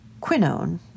quinone